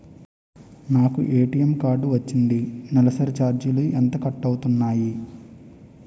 నాకు ATM card వచ్చింది నెలసరి ఛార్జీలు ఎంత కట్ అవ్తున్నాయి?